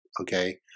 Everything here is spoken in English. okay